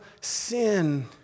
sin